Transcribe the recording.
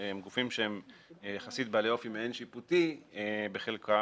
גופים שהם יחסית בעלי אופי מעין שיפוטי בחלקם,